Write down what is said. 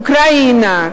אוקראינה,